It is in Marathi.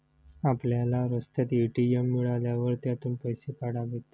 आपल्याला रस्त्यात ए.टी.एम मिळाल्यावर त्यातून पैसे काढावेत